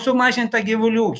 sumažint tą gyvulių